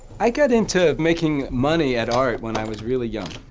i got into making money at art when i was really young.